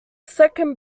second